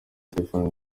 stephanie